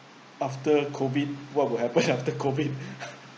after COVID what will happen after COVID